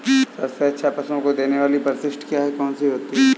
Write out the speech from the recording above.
सबसे अच्छा पशुओं को देने वाली परिशिष्ट क्या है? कौन सी होती है?